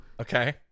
Okay